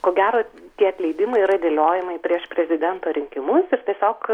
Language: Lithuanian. ko gero tie atleidimai yra dėliojimai prieš prezidento rinkimus ir tiesiog